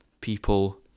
people